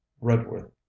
redworth